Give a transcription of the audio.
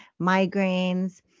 migraines